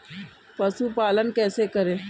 पशुपालन कैसे करें?